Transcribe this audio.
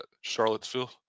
Charlottesville